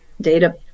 data